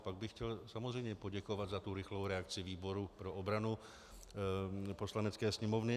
A pak bych chtěl samozřejmě poděkovat za tu rychlou reakci výboru pro obranu Poslanecké sněmovny.